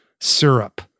syrup